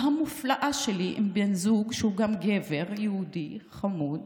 המופלאה שלי עם בן זוג שהוא גם גבר יהודי חמוד,